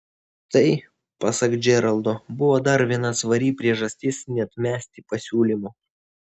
tai pasak džeraldo buvo dar viena svari priežastis neatmesti pasiūlymo